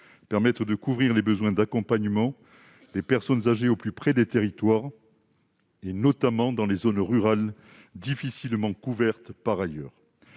permettent de couvrir les besoins d'accompagnement des personnes âgées au plus près des territoires, notamment dans les zones rurales difficilement couvertes par ailleurs.